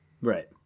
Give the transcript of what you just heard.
Right